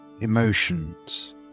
emotions